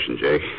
Jake